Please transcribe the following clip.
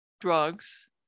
drugs